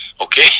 okay